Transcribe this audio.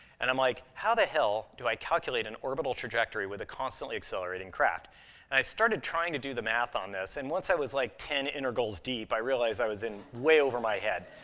and i'm like, how the hell do i calculate an orbital trajectory with a constantly accelerating craft? and i started trying to do the math on this, and once i was, like, ten integrals deep, i realized i was in way over my head.